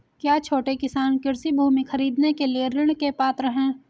क्या छोटे किसान कृषि भूमि खरीदने के लिए ऋण के पात्र हैं?